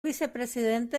vicepresidente